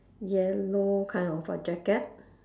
yellow kind of a jacket